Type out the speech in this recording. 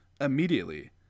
immediately